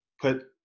put